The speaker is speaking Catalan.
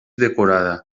decorada